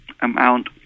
amount